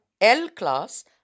L-class